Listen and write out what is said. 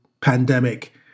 pandemic